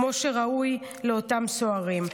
כמו שראוי לאותם סוהרים.